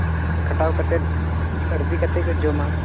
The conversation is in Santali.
ᱠᱷᱟᱴᱟᱣ ᱠᱟᱛᱮᱫ ᱟᱹᱨᱡᱤ ᱠᱟᱴᱮᱫ ᱠᱚ ᱡᱚᱢᱟ